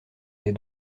des